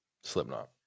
Slipknot